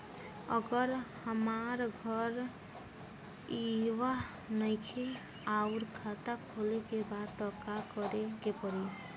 अगर हमार घर इहवा नईखे आउर खाता खोले के बा त का करे के पड़ी?